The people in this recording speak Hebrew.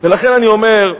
ולכן אני אומר: